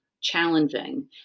challenging